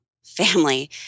family